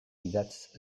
idatz